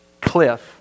cliff